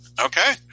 Okay